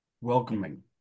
welcoming